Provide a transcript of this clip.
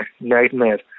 nightmare